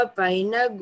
paina